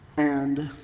and,